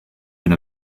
been